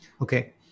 Okay